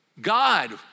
God